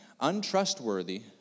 untrustworthy